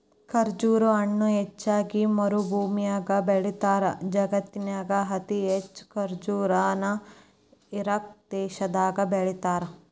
ಖರ್ಜುರ ಹಣ್ಣನ ಹೆಚ್ಚಾಗಿ ಮರಭೂಮ್ಯಾಗ ಬೆಳೇತಾರ, ಜಗತ್ತಿನ್ಯಾಗ ಅತಿ ಹೆಚ್ಚ್ ಖರ್ಜುರ ನ ಇರಾಕ್ ದೇಶದಾಗ ಬೆಳೇತಾರ